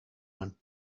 one